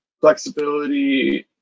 flexibility